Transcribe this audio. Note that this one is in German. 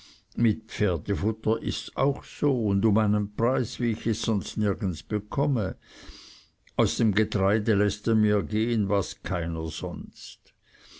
mit pferdefutter ists auch so und um einen preis wie ich es sonst nirgends bekomme aus dem getreide läßt er mir gehen was keiner sonst